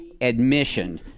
admission